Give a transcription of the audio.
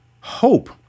Hope